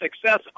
success